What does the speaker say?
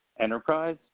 enterprise